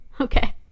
Okay